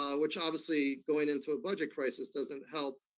um which obviously, going into a budget crisis doesn't help,